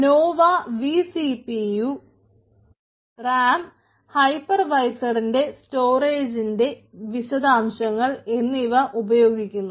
Nova vCPU RAM ഹൈപ്പർവൈസറിൻറെ സ്റ്റോറേജിൻറെ വിശദാംശങ്ങൾ എന്നിവ ഉപയോഗിക്കുന്നു